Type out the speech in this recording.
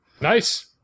Nice